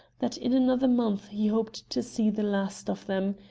that in another month he hoped to see the last of them.